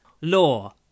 law